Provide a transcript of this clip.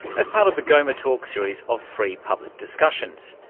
as part of the goma talk series of free public discussions.